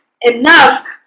enough